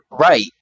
Right